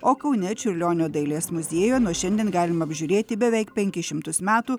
o kaune čiurlionio dailės muziejuje nuo šiandien galima apžiūrėti beveik penkis šimtus metų